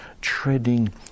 treading